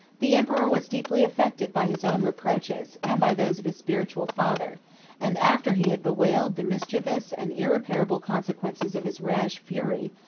the emperor was deeply affected by his own reproaches, and by those of his spiritual father and after he had bewailed the mischievous and irreparable consequences of his rash fury,